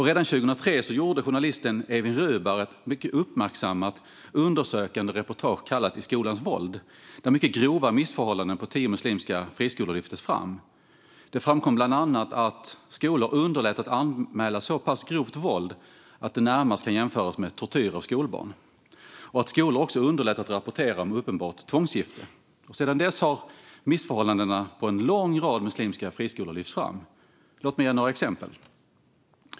Redan 2003 gjorde journalisten Evin Rubar ett mycket uppmärksammat undersökande reportage kallat I skolans våld , där mycket grova missförhållanden på tio muslimska friskolor lyftes fram. Det framkom bland annat att skolor underlät att anmäla så pass grovt våld att det närmast kan jämföras med tortyr av skolbarn och att skolor också underlät att rapportera om uppenbart tvångsgifte. Sedan dess har missförhållanden på en lång rad muslimska friskolor lyfts fram. Låt mig ge några exempel.